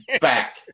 back